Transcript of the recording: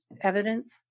evidence